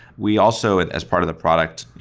we also, as part of the product,